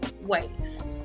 ways